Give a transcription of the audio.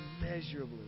immeasurably